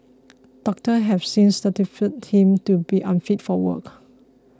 doctors have since certified him to be unfit for work